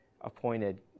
appointed